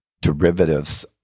derivatives